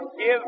Give